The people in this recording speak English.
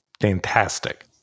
Fantastic